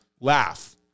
laugh